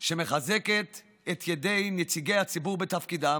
שמחזקת את ידי נציגי הציבור בתפקידם,